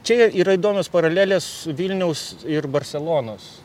čia yra įdomios paralelės vilniaus ir barselonos